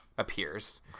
appears